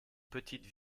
petite